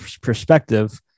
perspective